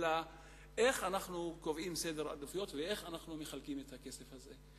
אלא איך אנחנו קובעים סדר עדיפויות ואיך אנחנו מחלקים את הכסף הזה.